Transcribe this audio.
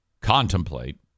contemplate